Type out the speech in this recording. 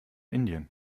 indien